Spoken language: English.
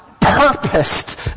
purposed